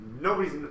Nobody's